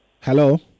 Hello